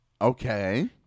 Okay